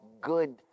good